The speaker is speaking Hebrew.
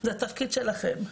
זה התפקיד שלכם,